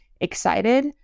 excited